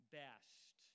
best